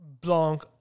Blanc